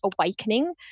awakening